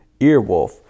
Earwolf